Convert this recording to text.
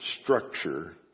structure